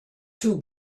two